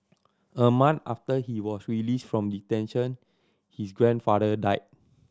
a month after he was released from detention his grandfather died